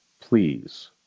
Please